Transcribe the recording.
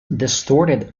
distorted